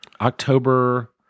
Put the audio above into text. October